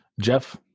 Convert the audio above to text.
Jeff